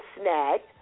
snagged